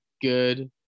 good